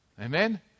Amen